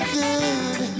good